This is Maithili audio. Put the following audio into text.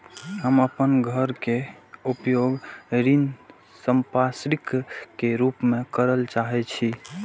हम अपन घर के उपयोग ऋण संपार्श्विक के रूप में करल चाहि छी